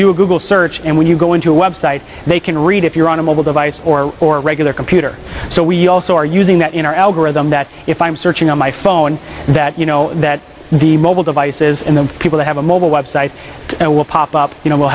do a google search and when you go into a website they can read if you're on a mobile device or or a regular computer so we also are using that in our algorithm that if i'm searching on my phone that you know that the mobile device is in the people that have a mobile website and will pop up you know we'll